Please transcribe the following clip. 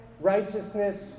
righteousness